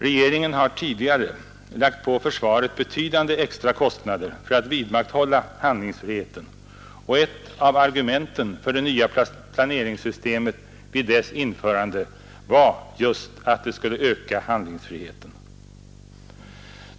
Regeringen har tidigare lagt på försvaret betydande extra kostnader för att vidmakthålla handlingsfriheten, och ett av argumenten för det nya planeringssystemet vid dess införande var just att det skulle öka handlingsfriheten.